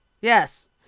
Yes